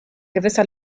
gewisser